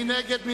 מי נגד?